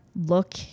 look